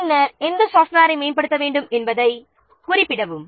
பின்னர் எந்த சாஃப்ட்வேரை எப்போது மேம்படுத்த வேண்டும் என்பதைக் குறிப்பிட வேண்டும்